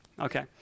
Okay